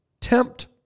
tempt